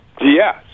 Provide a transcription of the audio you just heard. Yes